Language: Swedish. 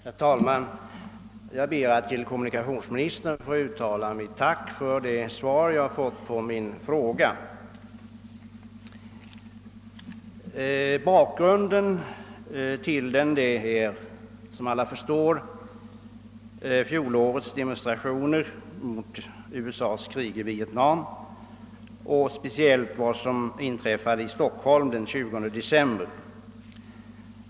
Herr talman! Jag ber att till: kommunikationsministern få uttala mitt tack för det svar jag erhållit på min fråga. Som alla förstår är bakgrunden till frågan fjolårets demonstrationer mot USA:s krig i Vietnam, speciellt vad som inträffade i Stockholm den '20 'december.